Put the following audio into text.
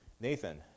Nathan